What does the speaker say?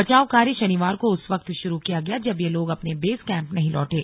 बचाव कार्य शनिवार को उस वक्त शुरू किया गया जब ये लोग अपने बेस कैंप नहीं लौटे